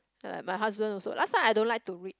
ya like my husband also last time I don't like to read